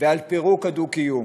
ועל פירוק הדו-קיום,